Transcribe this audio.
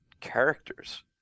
characters